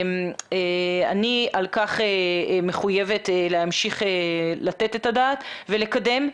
אני על כך מחויבת להמשיך לתת את הדעת ולקדם.